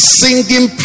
singing